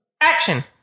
action